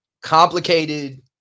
Complicated